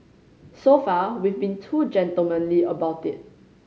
so far we've been too gentlemanly about it